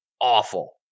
Awful